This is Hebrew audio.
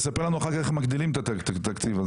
תספר לנו אחר כך איך מגדילים את התקציב הזה.